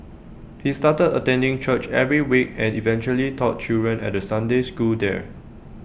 he started attending church every week and eventually taught children at the Sunday school there